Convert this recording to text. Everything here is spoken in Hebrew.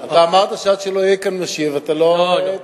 אתה אמרת שעד שלא יהיה כאן משיב אתה לא תפעיל.